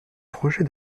projets